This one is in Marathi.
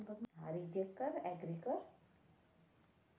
बँक खात्यातून हर महिन्याले पैसे कटन का?